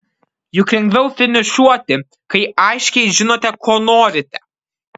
juk lengviau finišuoti kai aiškiai žinote ko norite